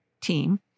team